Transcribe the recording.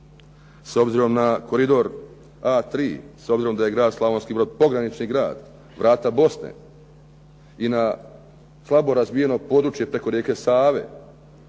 s obzirom na koridor A3, s obzirom da je Grad Slavonski Brod pogranični grad, vrata Bosne i na slabo razvijeno područje preko rijeke Save